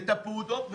את הפעוטות,